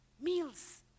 Meals